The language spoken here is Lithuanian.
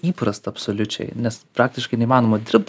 įprasta absoliučiai nes praktiškai neįmanoma dirbt